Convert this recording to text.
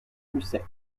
musset